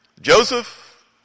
Joseph